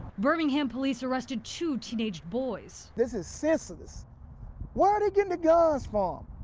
birmingham police arrested two teenaged boys. this is senseless. where are they getting the guns from? um